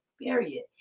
period